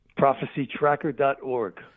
ProphecyTracker.org